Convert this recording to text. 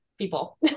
people